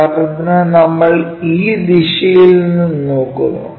ഉദാഹരണത്തിന് നമ്മൾ ഈ ദിശയിൽ നിന്ന് നോക്കുന്നു